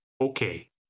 Okay